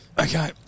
Okay